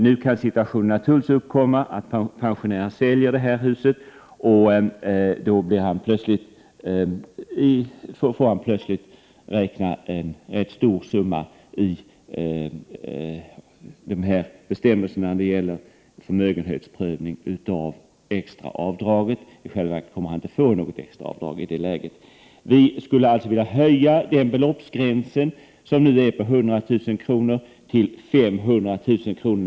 Nu kan situationen uppkomma att pensionären säljer huset och plötsligt får räkna in en rätt så stor summa i förmögenhetsprövningen av extra avdraget. I själva verket kommer han inte att ha något extra avdrag i det läget. 51 Prot. 1988/89:110 Vi skulle alltså vilja höja denna beloppsgräns, som nu är 100 000 kr., till 9 maj 1989 500 000 kr.